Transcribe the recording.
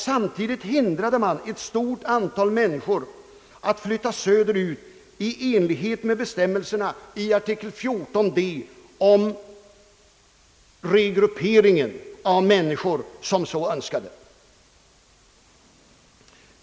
Samtidigt hindrades ett stort antal människor att flytta söderut i enlighet med bestämmelserna i arikel 14d om regruppering av människor som så önskade.